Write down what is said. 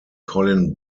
colin